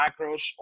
macros